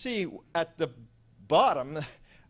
see at the bottom